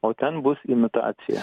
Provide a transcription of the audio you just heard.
o ten bus imitacija